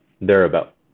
thereabout